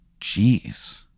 Jeez